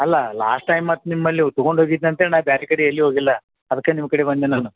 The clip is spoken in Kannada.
ಅಲ್ಲಾ ಲಾಸ್ಟ್ ಟೈಮ್ ಮತ್ತು ನಿಮ್ಮಲ್ಲಿ ತೊಗೊಂಡು ಹೋಗಿದ್ನ ಅಂತ್ಹೇಳಿ ನಾ ಬ್ಯಾರೆ ಕಡೆ ಎಲ್ಲೂ ಹೋಗಿಲ್ಲ ಅದ್ಕ ನಿಮ್ಮ ಕಡೆ ಬಂದೆ ನಾನು